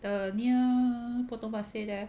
err near potong pasir there